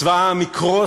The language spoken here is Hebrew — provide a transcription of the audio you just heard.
צבא העם יקרוס.